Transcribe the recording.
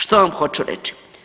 Što vam hoću reći?